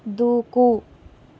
దూకు